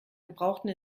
gebrauchten